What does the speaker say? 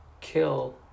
kill